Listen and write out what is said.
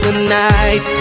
Tonight